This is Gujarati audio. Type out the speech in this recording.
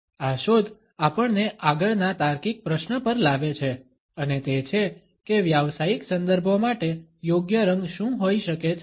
આ શોધ આપણને આગળના તાર્કિક પ્રશ્ન પર લાવે છે અને તે છે કે વ્યાવસાયિક સંદર્ભો માટે યોગ્ય રંગ શું હોઈ શકે છે